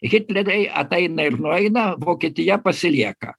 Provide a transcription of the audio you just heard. hitleriai ateina ir nueina vokietija pasilieka